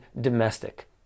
domestic